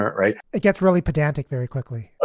right. it gets really pedantic very quickly.